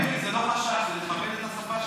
אמילי, זה לא חשש, זה לכבד את השפה שלנו.